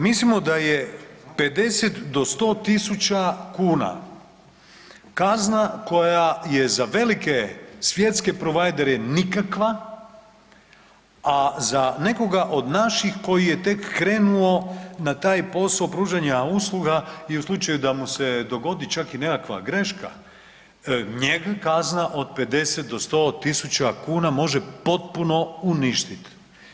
Mislimo da je 50 do 100.000 kuna kazna koja je za velike svjetske providere nikakva, a za nekoga od naših koji je tek krenuo na taj posao pružanja usluga i u slučaju da mu se dogodi čak i nekakva greška njega kazna od 50 do 100 tisuća kuna može potpuno uništiti.